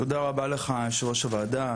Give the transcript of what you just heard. תודה רבה לך יושב-ראש הוועדה,